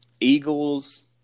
Eagles